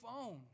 phone